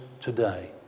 Today